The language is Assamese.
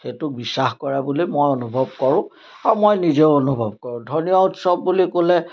সেইটো বিশ্বাস কৰা বুলি মই অনুভৱ কৰোঁ আৰু মই নিজেও অনুভৱ কৰোঁ ধৰ্মীয় উৎসৱ বুলি ক'লে